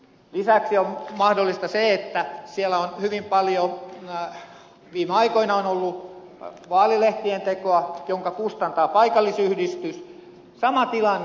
lisäksi on mahdollista se että siellä on viime aikoina hyvin paljon ollut vaalilehden tekoa jonka kustantaa paikallisyhdistys sama tilanne